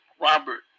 Robert